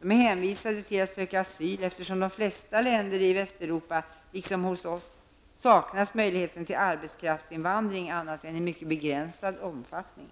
De är hänvisade till att söka asyl, eftersom det i de flesta länder i Västeuropa -- liksom hos oss -- saknas möjligheter till arbetskraftsinvandring annat än i mycket begränsad omfattning.